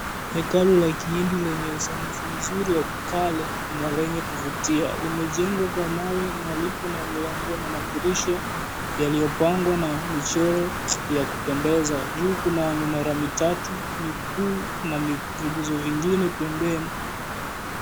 Hekalu la kihindi lenye usanifu mzuri wa kale na lenye kuvutia. Limejengewa kwa mawe na mlango na madirisha yaliyopangwa na michoro ya kupendeza, juu kuna minara mitatu mikuu na viguzo vingine pembeni.